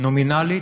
נומינלית,